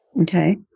Okay